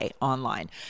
online